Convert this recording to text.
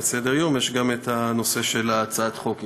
בסדר-היום יש גם את הנושא של הצעת חוק,